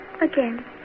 Again